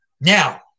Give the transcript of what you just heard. Now